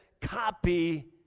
copy